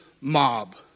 mob